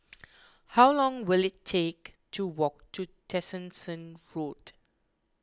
how long will it take to walk to Tessensohn Road